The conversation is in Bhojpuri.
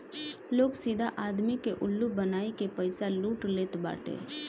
लोग सीधा आदमी के उल्लू बनाई के पईसा लूट लेत बाटे